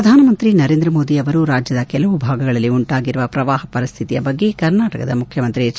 ಪ್ರಧಾನಮಂತ್ರಿ ನರೇಂದ್ರ ಮೋದಿ ಅವರು ರಾಜ್ಯದ ಕೆಲವು ಭಾಗಗಳಲ್ಲಿ ಉಂಟಾಗಿರುವ ಪ್ರವಾಹ ಪರಿಸ್ಥಿತಿಯ ಬಗ್ಗೆ ಕರ್ನಾಟಕದ ಮುಖ್ಲಮಂತ್ರಿ ಹೆಚ್